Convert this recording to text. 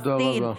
תודה רבה.